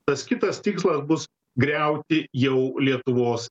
tas kitas tikslas bus griauti jau lietuvos